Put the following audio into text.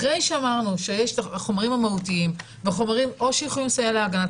אחרי שאמרנו שיש את החומרים המהותיים ושהחומרים או שיכולים לסייע להגנת